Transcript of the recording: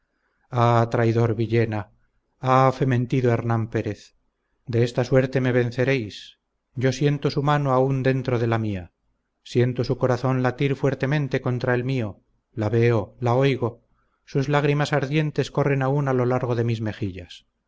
traidor villena ah fementido hernán pérez de esta suerte me venceréis yo siento su mano aún dentro de la mía siento su corazón latir fuertemente contra el mío la veo la oigo sus lágrimas ardientes corren aún a lo largo de mis mejillas